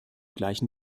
gleichen